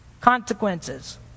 consequences